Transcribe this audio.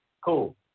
Cool